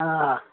हा